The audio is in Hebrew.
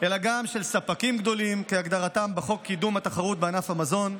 אלא גם של ספקים גדולים כהגדרתם בחוק קידום התחרות בענף המזון.